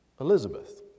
Elizabeth